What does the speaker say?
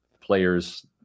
players